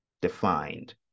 defined